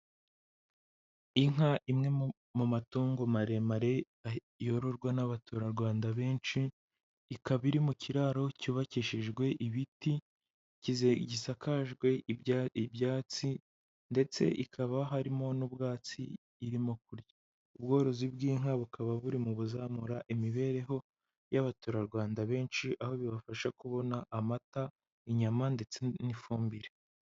Inka imwe mu matongo maremare yororwa n'abaturarwanda benshi, ikaba iri mu kiraro cyubakishijwe ibiti, gisakajwe ibyatsi ndetse ikaba harimo n'ubwatsi irimo kurya. Ubworozi bw'inka bukaba buri mu bizamura imibereho y'abaturarwanda benshi aho bibafasha kubona amata, inyama ndetse n'ifumbire.